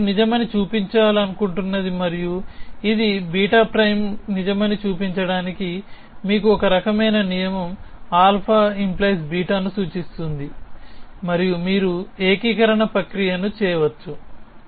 ఇది మీరు నిజమని చూపించాలనుకుంటున్నది మరియు ఇది β' నిజమని చూపించడానికి మీకు ఒక రకమైన నియమం α🡪β ను సూచిస్తుంది మరియు మీరు ఈ ఏకీకరణ ప్రక్రియను చేయవచ్చు